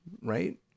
right